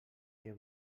què